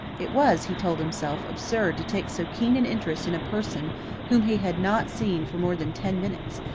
it was, he told himself, absurd to take so keen an interest in a person whom he had not seen for more than ten minutes,